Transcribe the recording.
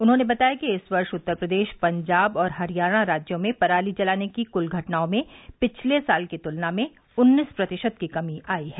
उन्होंने बताया कि इस वर्ष उत्तर प्रदेश पंजाब और हरियाणा राज्यों में पराली जलाने की कुल घटनाओं में पिछले साल की तुलना में उन्नीस प्रतिशत की कमी आई है